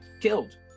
killed